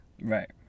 Right